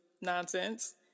nonsense